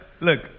Look